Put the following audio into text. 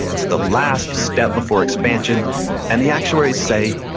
it's the last step before expansion and the actuaries say,